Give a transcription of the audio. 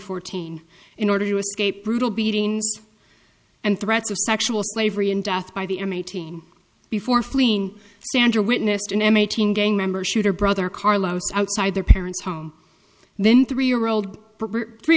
fourteen in order to escape brutal beatings and threats of sexual slavery and death by the inmate team before fleeing sandra witnessed an m eighteen gang member shoot her brother carlos outside their parents home then three year old three